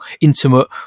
intimate